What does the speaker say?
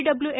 W